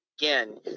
again